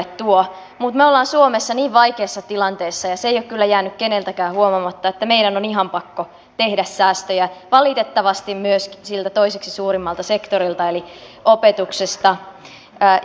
mutta me olemme suomessa niin vaikeassa tilanteessa ja se ei ole kyllä jäänyt keneltäkään huomaamatta että meidän on ihan pakko tehdä säästöjä valitettavasti myöskin siltä toiseksi suurimmalta sektorilta eli opetuksesta